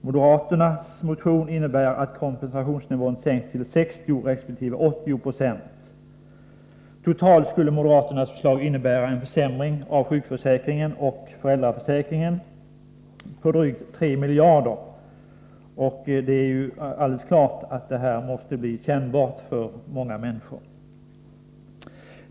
Moderaternas motion innebär att kompensationsnivån sänks till 60 resp. 80 90. Totalt skulle moderaternas förslag innebära en försämring av sjukförsäkringen och föräldraförsäkringen på drygt 3 miljarder. Det är alldeles klart att detta skulle bli kännbart för många människor.